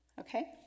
Okay